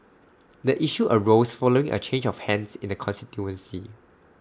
the issue arose following A change of hands in the constituency